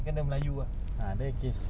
kan dia melayu ah